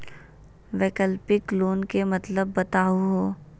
वैकल्पिक लोन के मतलब बताहु हो?